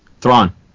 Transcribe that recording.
Thrawn